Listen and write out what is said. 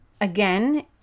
again